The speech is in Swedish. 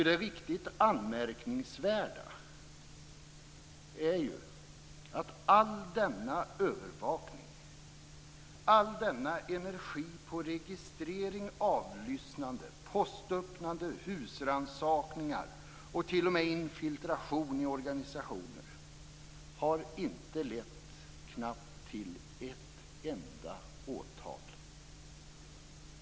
Ty det riktigt anmärkningsvärda är ju att all denna övervakning, all denna energi på registrering, avlyssnande, postöppnande, husrannsakningar och t.o.m. infiltration i organisationer har inte lett till ett enda åtal.